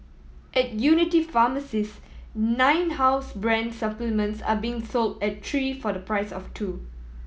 at Unity pharmacies nine house brand supplements are being sold at three for the price of two